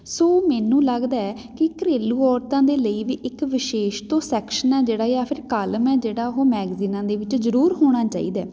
ਸੋ ਮੈਨੂੰ ਲੱਗਦਾ ਕਿ ਘਰੇਲੂ ਔਰਤਾਂ ਦੇ ਲਈ ਵੀ ਇੱਕ ਵਿਸ਼ੇਸ਼ ਤੋਂ ਸੈਕਸ਼ਨ ਆ ਜਿਹੜਾ ਜਾਂ ਫਿਰ ਕਾਲਮ ਹੈ ਜਿਹੜਾ ਉਹ ਮੈਗਜ਼ੀਨਾਂ ਦੇ ਵਿੱਚ ਜ਼ਰੂਰ ਹੋਣਾ ਚਾਹੀਦਾ